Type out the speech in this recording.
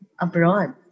abroad